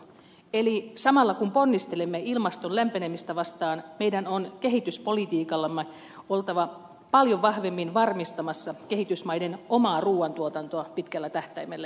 eli samalla kun ponnistelemme ilmaston lämpenemistä vastaan meidän on kehityspolitiikallamme oltava paljon vahvemmin varmistamassa kehitysmaiden omaa ruuantuotantoa pitkällä tähtäimellä